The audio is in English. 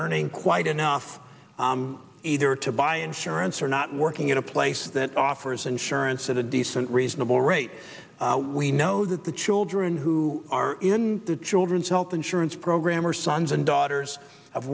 earning quite enough either to buy insurance or not working at a place that offers insurance at a decent reasonable rate we know that the children who are in the children's health insurance program are sons and daughters of